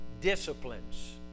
disciplines